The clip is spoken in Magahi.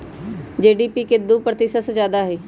जी.डी.पी के दु प्रतिशत से जादा हई